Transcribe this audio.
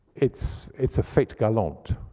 it's it's a fete gallant,